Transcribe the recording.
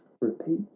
repeat